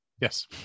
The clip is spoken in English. Yes